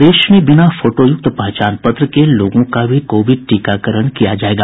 प्रदेश में बिना फोटोयुक्त पहचान पत्र के लोगों का भी कोविड टीकाकरण किया जायेगा